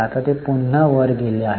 आता ते पुन्हा वर गेले आहेत